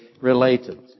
related